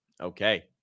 Okay